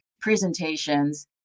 presentations